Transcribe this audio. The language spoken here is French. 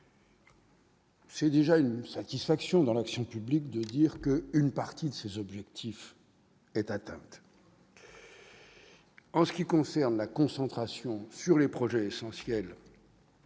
C'est déjà une satisfaction dans l'action publique, de dire que une partie de ses objectifs. En ce qui concerne la concentration sur les projets essentiels.